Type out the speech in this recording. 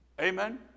Amen